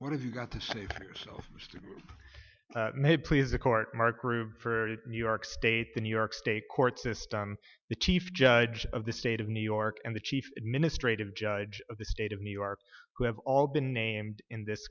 what have you got to see for yourself may please the court mark prove for the new york state the new york state court system the chief judge of the state of new york and the chief administrative judge of the state of new york who have all been named in this